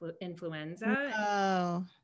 influenza